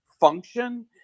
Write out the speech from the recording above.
function